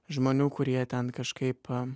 žmonių kurie ten kažkaip am